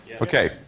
Okay